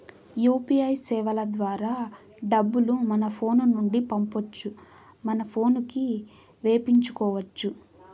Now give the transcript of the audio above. UPI సేవల ద్వారా డబ్బులు మన ఫోను నుండి పంపొచ్చు మన పోనుకి వేపించుకొచ్చు